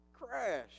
crash